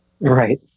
Right